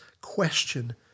question